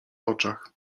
oczach